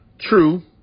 true